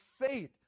faith